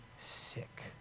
sick